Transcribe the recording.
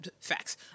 Facts